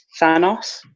Thanos